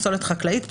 פסולת חקלאית,